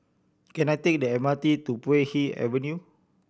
can I take the M R T to Puay Hee Avenue